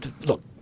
look